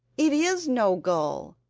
it is no gull,